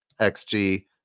xg